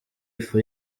ifu